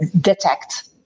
detect